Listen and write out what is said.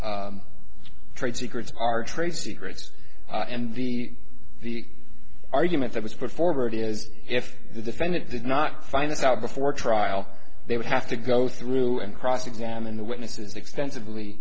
e trade secrets are trade secrets and the the argument that was put forward is if the defendant did not find this out before trial they would have to go through and cross examine the witnesses extensively